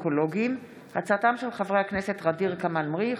בהצעתם של חברי הכנסת ע'דיר כמאל מריח,